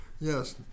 Yes